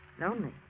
Lonely